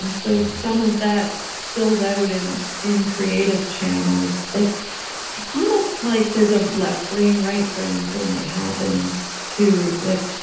and so some of that spills out in in creative channels. like it's almost like there's a left brain right brain thing that happens, like